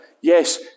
Yes